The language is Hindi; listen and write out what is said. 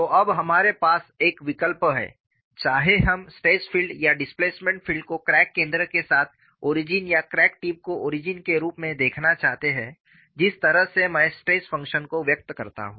तो अब हमारे पास एक विकल्प है चाहे हम स्ट्रेस फील्ड या डिस्प्लेसमेंट फील्ड को क्रैक केंद्र के साथ ओरिजिन या क्रैक टिप को ओरिजिन के रूप में देखना चाहते हैं जिस तरह से मैं स्ट्रेस फंक्शन को व्यक्त करता हूं